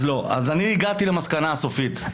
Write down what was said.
אני הגעתי למסקנה הסופית.